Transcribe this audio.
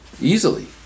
easily